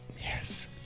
Yes